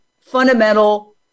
fundamental